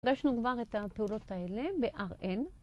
פגשנו כבר את הפעולות האלה ב-rn.